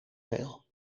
veel